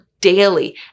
daily